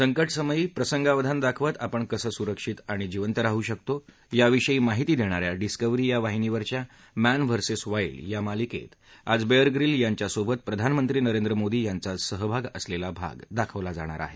संकट समयी प्रसंगावधान दाखवत आपण कसं सुरक्षित आणि जीवंत राहू शकतो याविषयी माहिती दर्जन्या डिस्कव्हरी या वाहिनीवरच्या मॅन व्हर्सेस वाईल्ड या मालिक्ट्वी आज बद्धत ग्रील यांच्यासोबत प्रधानमंत्री नरेंद्र मोदी यांचा सहभाग असलघी भाग दाखवला जाणार आह